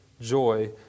joy